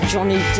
Johnny